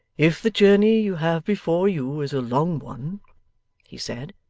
if the journey you have before you is a long one he said,